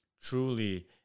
truly